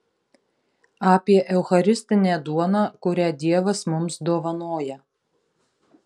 apie eucharistinę duoną kurią dievas mums dovanoja